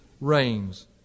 reigns